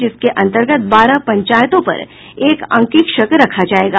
जिसके अंतर्गत बारह पंचायतों पर एक अंकेक्षक रखा जायेगा